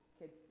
kids